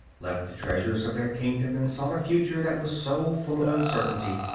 left the treasures of their kingdom and sought a future that was so full of uncertainty,